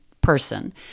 person